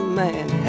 man